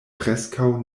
preskaŭ